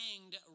hanged